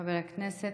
חבר הכנסת,